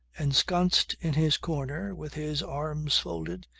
ensconced in his corner, with his arms folded,